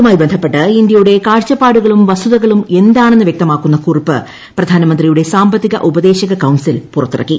P കണക്കാക്കുന്നതുമായി ബന്ധപ്പെട്ട് ഇന്ത്യയുടെ കാഴ്ചപ്പാടുകളും വസ്തുതകളുട് എന്താണെന്ന് വൃക്തമാക്കുന്ന കുറിപ്പ് പ്രധാനമന്ത്രിയുടെ ്രസാമ്പത്തിക ഉപദേശക കൌൺസിൽ പുറത്തിറക്കി